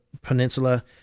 Peninsula